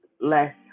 less